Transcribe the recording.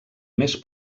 més